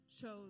chose